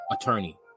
attorney